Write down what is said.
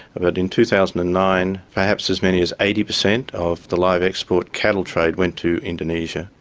but in two thousand and nine perhaps as many as eighty percent of the live export cattle trade went to indonesia,